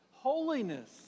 Holiness